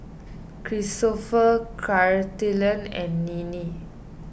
Cristofer Carleton and Ninnie